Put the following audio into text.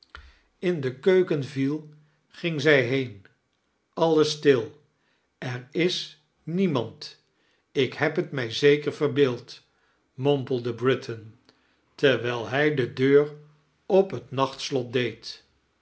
in de keuken viei ging zij heen allies stil er is niemand ik heb t mij zeker verbeeld mompelde britain terwijl hij de deur op het nachtslot deed